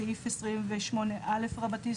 סעיף 28 א' רבתי,